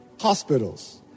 hospitals